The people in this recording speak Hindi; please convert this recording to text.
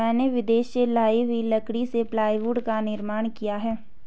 मैंने विदेश से लाई हुई लकड़ी से प्लाईवुड का निर्माण किया है